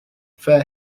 fair